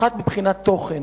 אחת, מבחינת תוכן.